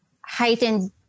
heightened